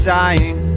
dying